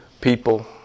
people